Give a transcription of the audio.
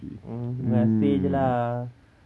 mm terima kasih jer lah